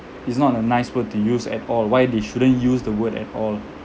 it's not a nice word to use at all why they shouldn't use the word at all